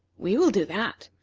we will do that,